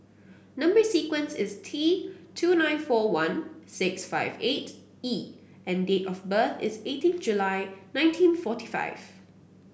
number sequence is T two nine four one six five eight E and date of birth is eighteen July nineteen forty five